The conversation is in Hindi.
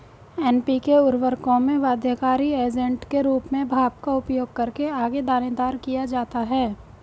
एन.पी.के उर्वरकों में बाध्यकारी एजेंट के रूप में भाप का उपयोग करके आगे दानेदार किया जाता है